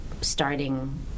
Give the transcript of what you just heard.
starting